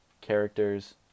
characters